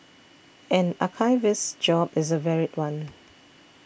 an archivist's job is a varied one